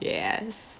yes